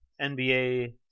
NBA